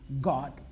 God